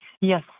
Yes